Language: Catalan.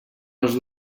els